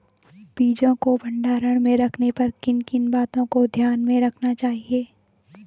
बीजों को भंडारण में रखने पर किन किन बातों को ध्यान में रखना चाहिए?